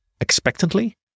expectantly